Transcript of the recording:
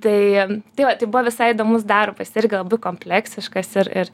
tai tai va tai buvo visai įdomus darbas irgi labai kompleksiškas ir ir